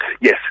Yes